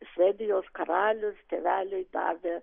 švedijos karalius tėveliui davė